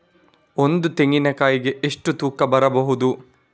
ಒಂದು ತೆಂಗಿನ ಕಾಯಿ ಎಷ್ಟು ತೂಕ ಬರಬಹುದು?